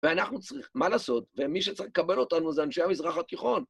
ואנחנו צריכים... מה לעשות? ומי שצריך לקבל אותנו זה אנשי המזרח התיכון.